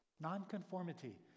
Nonconformity